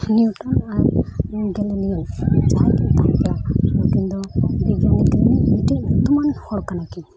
Newton ᱟᱨ Galileo ᱡᱟᱦᱟᱸ ᱛᱤᱱᱟᱹᱜ ᱱᱩᱠᱤᱱ ᱫᱚ ᱢᱤᱫᱴᱤᱡ ᱧᱩᱛᱩᱢᱟᱱ ᱦᱚᱲ ᱠᱟᱱᱟᱠᱤᱱ